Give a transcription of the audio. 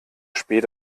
spät